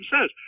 says